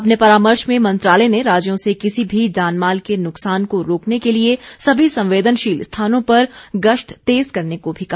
अपने परामर्श में मंत्रालय ने राज्यों से किसी भी जानमाल के नुकसान को रोकने के लिए सभी संवेदनशील स्थानों पर गश्त तेज करने को भी कहा